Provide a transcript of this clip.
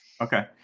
okay